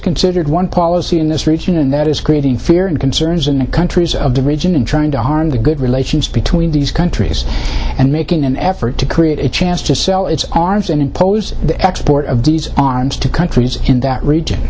considered one policy in this region and that is creating fear and concerns in the countries of the region in trying to harm the good relations between these countries and making an effort to create a chance to sell its arms and impose the export of these arms to countries in that region